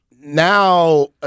now